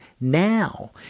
now